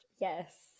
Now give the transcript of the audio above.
Yes